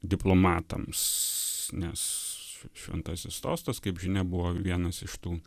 diplomatams nes šventasis sostas kaip žinia buvo vienas iš tų